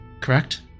correct